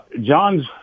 John's